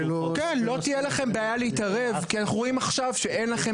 לא תהיה לכם בעיה להתערב כי אנו רואים עכשיו שאין לכם